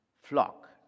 flock